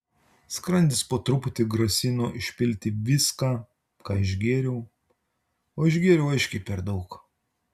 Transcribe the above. skrandis po truputį grasino išpilti viską ką išgėriau o išgėriau aiškiai per daug